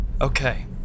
Okay